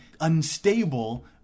unstable